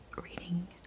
reading